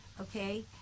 Okay